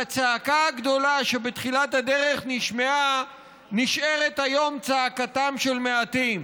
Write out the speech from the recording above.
והצעקה הגדולה שבתחילת הדרך נשמעה נשארת היום צעקתם של מעטים.